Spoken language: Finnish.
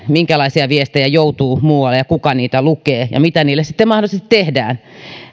minkälaisia viestejä joutuu muualle ja kuka niitä lukee ja mitä niille sitten mahdollisesti tehdään